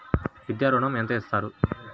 విద్యా ఋణం ఎంత ఇస్తారు?